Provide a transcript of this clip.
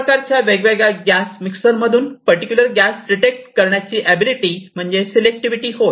प्रकारच्या वेगवेगळ्या gas mixture मधून पर्टिक्युलर गॅस डिटेक्ट करण्याची एबिलिटी म्हणजे सेलेक्टिविटी होय